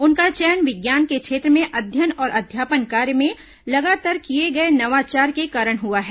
उनका चयन विज्ञान के क्षेत्र में अध्ययन और अध्यापन कार्य में लगातार किए गए नवाचार के कारण हुआ है